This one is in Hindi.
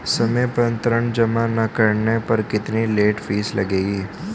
समय पर ऋण जमा न करने पर कितनी लेट फीस लगेगी?